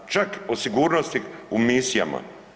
Čak o sigurnosti u misijama.